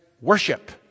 worship